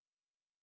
ya